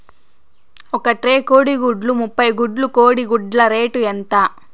ఒక ట్రే కోడిగుడ్లు ముప్పై గుడ్లు కోడి గుడ్ల రేటు ఎంత?